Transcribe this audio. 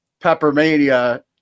Peppermania